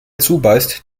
zubeißt